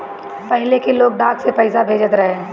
पहिले के लोग डाक से पईसा भेजत रहे